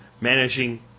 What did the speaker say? managing